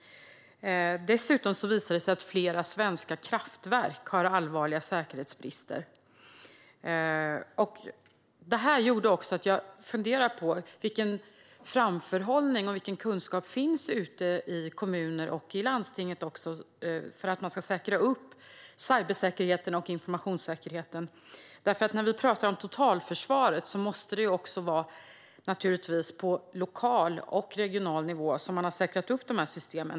Dessutom visade det sig att flera svenska kraftverk har allvarliga säkerhetsbrister. Detta gjorde att jag funderade på vilken framförhållning och vilken kunskap som finns ute i kommuner och landsting för att säkra upp cybersäkerheten och informationssäkerheten. När vi talar om totalförsvaret måste man naturligtvis även på lokal och regional nivå säkra upp dessa system.